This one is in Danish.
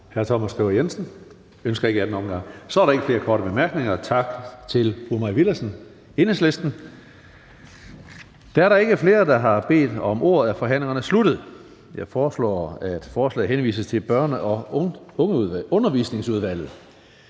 Hr. Thomas Skriver Jensen? Han ønsker ikke en anden kort bemærkning. Så er der ikke flere korte bemærkninger. Tak til fru Mai Villadsen, Enhedslisten. Da der ikke er flere, som har bedt om ordet, er forhandlingen sluttet. Jeg foreslår, at forslaget til folketingsbeslutning henvises til Børne- og Undervisningsudvalget.